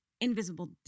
invisible